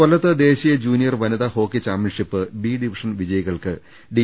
കൊല്ലത്ത് ദേശീയ ജൂനിയർ വനിതാ ഹോക്കി ചാമ്പ്യൻഷിപ്പ് ബി ഡിവിഷൻ വിജയികൾക്ക് ഡി